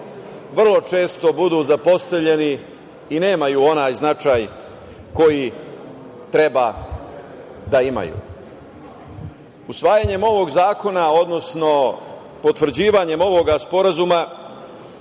vrlo često budu zapostavljeni i nemaju onaj značaj koji treba da imaju. Usvajanjem ovog zakona, odnosno potvrđivanjem ovog sporazuma